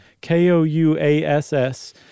K-O-U-A-S-S